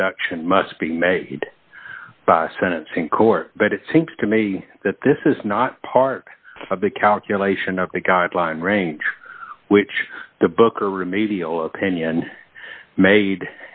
reduction must be made by sentencing court but it seems to me that this is not part of the calculation of the guideline range which the book or remedial opinion made